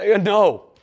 no